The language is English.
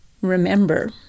remember